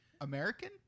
American